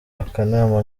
akanama